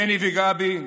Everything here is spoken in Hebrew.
בני וגבי,